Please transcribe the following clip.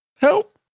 Help